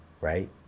right